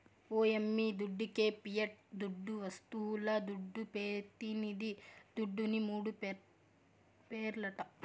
ఓ యమ్మీ దుడ్డికే పియట్ దుడ్డు, వస్తువుల దుడ్డు, పెతినిది దుడ్డుని మూడు పేర్లట